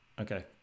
Okay